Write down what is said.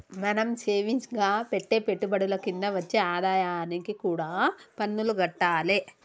మనం సేవింగ్స్ గా పెట్టే పెట్టుబడుల కింద వచ్చే ఆదాయానికి కూడా పన్నులు గట్టాలే